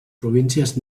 províncies